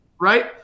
right